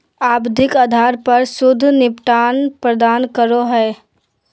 आवधिक आधार पर शुद्ध निपटान प्रदान करो हइ